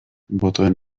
botoen